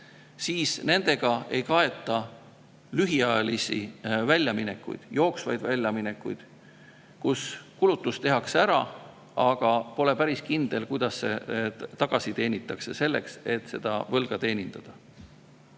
siis nendega ei kaeta lühiajalisi jooksvaid väljaminekuid, nii et kulutus tehakse ära, aga pole päris kindel, kuidas see tagasi teenida, selleks et seda võlga teenindada.